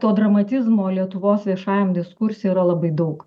to dramatizmo lietuvos viešajam diskurse yra labai daug